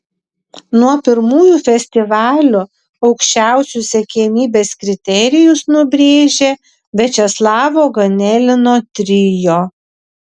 nuo pirmųjų festivalių aukščiausius siekiamybės kriterijus nubrėžė viačeslavo ganelino trio